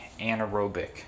anaerobic